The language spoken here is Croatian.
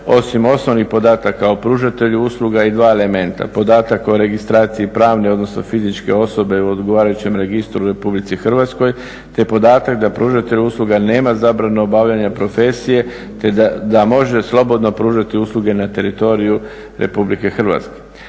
osim osnovnih podataka o pružatelju usluga i dva elementa, podatak o registraciji pravne, odnosno fizičke osobe u odgovarajućem registru u RH te podatak da pružatelj usluga nema zabranu obavljanja profesije te da može slobodno pružati usluge na teritoriju RH.